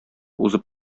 узып